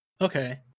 okay